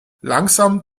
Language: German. langsam